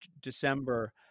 December